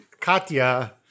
Katya